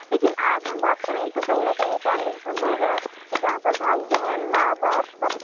لیکن آج ہم بات کریں تو کہیں نہ کہیں فیملی کے سب لوگ ہیں کہ جہاں پر بھائی بہن ماں باپ سب